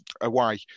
away